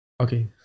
Okay